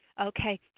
Okay